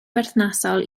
berthnasol